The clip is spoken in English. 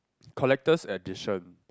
collectors edition